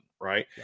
right